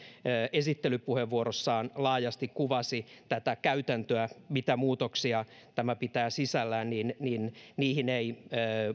esittelypuheenvuorossaan laajasti tätä käytäntöä ja sitä mitä muutoksia tämä pitää sisällään eikä niihin